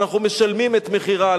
ואנחנו משלמים את מחירה.